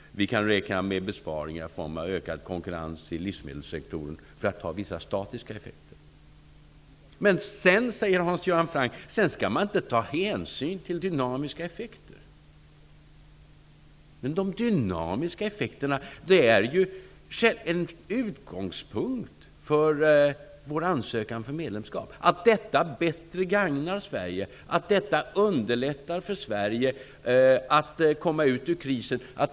Vi kan räkna med besparingar i form av ökad konkurrens i livsmedelssektorn, för att nämna vissa statiska effekter. Hans Göran Franck säger att man inte skall ta hänsyn till dynamiska effekter. De dynamiska effekterna är ju en utgångspunkt för vår ansökan om medlemskap! Medlemskapet gagnar Sverige bättre. Det underlättar för Sverige att komma ut ur krisen.